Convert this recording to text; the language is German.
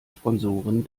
sponsoren